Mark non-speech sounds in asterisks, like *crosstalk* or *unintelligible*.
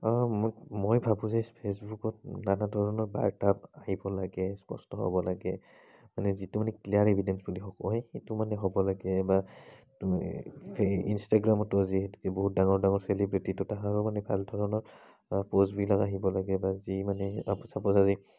আৰু মই ভাবোঁ যে ফেচবুকত নানা ধৰণৰ বাৰ্তা আহিব লাগে স্পষ্ট হ'ব লাগে মানে যিটো মানে ক্লীয়াৰ এভিডেণ্ট বুলি কয় সেইটো মানে হ'ব লাগে বা ইনষ্টাগ্ৰামতো যিহেতুকে বহুত ডাঙৰ ডাঙৰ চেলিব্ৰেটি তো *unintelligible* পষ্টবিলাক আহিব লাগে বা যি মানে চাপ'জ আজি